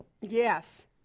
yes